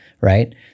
right